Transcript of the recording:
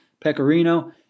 Pecorino